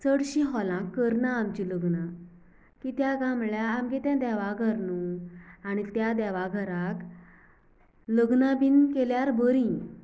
चडशीं होलाक करना आमची लग्ना कित्यागाय म्हणल्यार आमगें तें देवाघर न्हय त्या देवा घरांक लग्ना बीन केल्यार बरीं